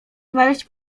znaleźć